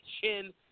chin